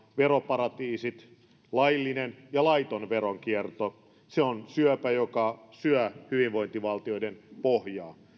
veroparatiisit laillinen ja laiton veronkierto se on syöpä joka syö hyvinvointivaltioiden pohjaa